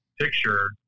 picture